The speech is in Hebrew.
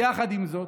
יחד עם זאת,